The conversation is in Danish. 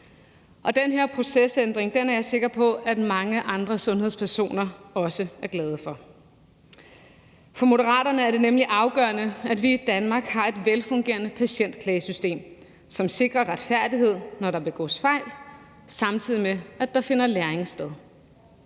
Den her procesændring er jeg sikker på at mange andre sundhedspersoner også er glade for. For Moderaterne er det nemlig afgørende, at vi i Danmark har et velfungerende patientklagesystem, som sikrer retfærdighed, når der begås fejl, samtidig med at der finder læring sted,